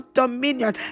dominion